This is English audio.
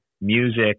music